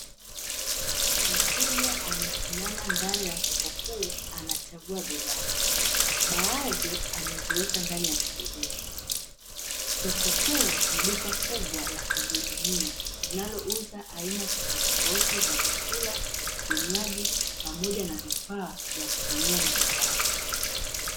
Mteja amesimama ndani ya sokoni kuu akiwa anachagua bidhaa, baadhi ameziweka ndani ya kibebeo. Soko kuu ni duka kubwa la kujihudumia linalouza aina za vyakula, vinywaji pamoja na vifaa vya kutumia majumbani.